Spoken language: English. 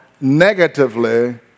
negatively